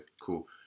cool